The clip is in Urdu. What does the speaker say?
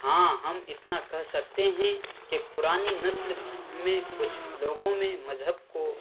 ہاں ہم اتنا کہہ سکتے ہیں کہ پرانی نسل میں کچھ لوگوں میں مذہب کو